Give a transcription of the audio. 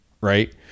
Right